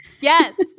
yes